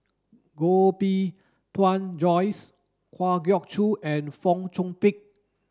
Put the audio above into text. Koh Bee Tuan Joyce Kwa Geok Choo and Fong Chong Pik